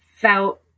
felt